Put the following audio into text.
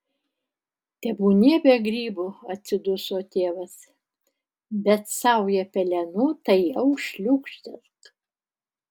tebūnie be grybų atsiduso tėvas bet saują pelenų tai jau šliūkštelk